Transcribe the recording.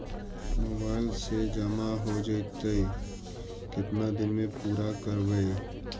Mobile से जामा हो जैतय, केतना दिन में पुरा करबैय?